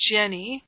Jenny